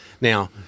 Now